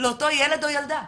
לאותו ילד או ילדה?